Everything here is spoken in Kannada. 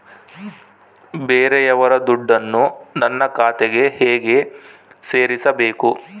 ಬೇರೆಯವರ ದುಡ್ಡನ್ನು ನನ್ನ ಖಾತೆಗೆ ಹೇಗೆ ಸೇರಿಸಬೇಕು?